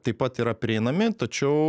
taip pat yra prieinami tačiau